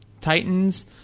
Titans –